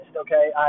okay